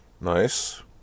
Nice